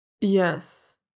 Yes